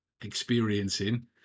experiencing